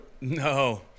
No